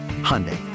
Hyundai